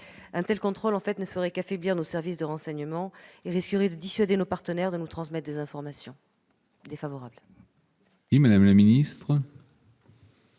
ce contrôle ne ferait qu'affaiblir nos services de renseignement et risquerait de dissuader nos partenaires de nous transmettre des informations. J'ajoute